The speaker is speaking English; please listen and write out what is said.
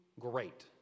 great